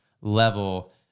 level